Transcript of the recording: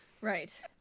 Right